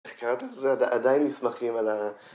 ‫איך קראתם את זה? ‫עדיין נסמכים על ה...